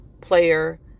player